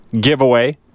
giveaway